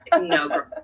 No